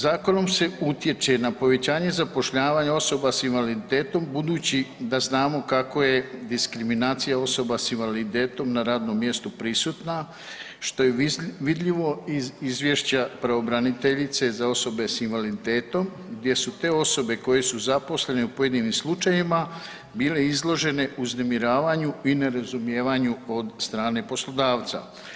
Zakonom se utječe na povećanje zapošljavanja osoba s invaliditetom budući da znamo kako je diskriminacija osoba s invaliditetom na radnom mjestu prisutna što je vidljivo iz izvješća pravobraniteljice za osobe s invaliditetom gdje su te osobe koje su zaposlene u pojedinim slučajevima bile izložene uznemiravanju i nerazumijevanju od strane poslodavca.